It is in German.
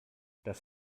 das